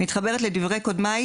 מתחברת לדברי קודמיי,